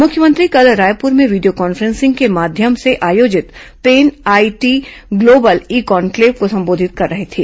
मुख्यमंत्री कल रायपुर में वीडियो कॉन्फ्रेंसिंग के माध्यम से आयोजित pan IIT global e conclave को संबोधित कर रहे थे